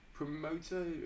promoter